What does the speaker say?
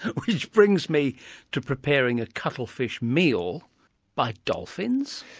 which brings me to preparing a cuttlefish meal by dolphins.